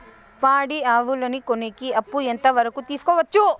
పాడి ఆవులని కొనేకి అప్పు ఎంత వరకు తీసుకోవచ్చు?